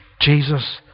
Jesus